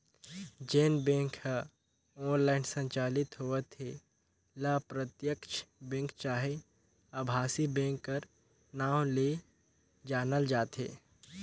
जेन बेंक ह ऑनलाईन संचालित होवत हे ल प्रत्यक्छ बेंक चहे अभासी बेंक कर नांव ले जानल जाथे